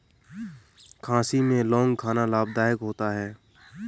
खांसी में लौंग खाना लाभदायक होता है